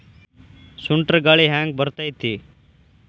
ಸುಂಟರ್ ಗಾಳಿ ಹ್ಯಾಂಗ್ ಬರ್ತೈತ್ರಿ?